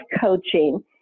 coaching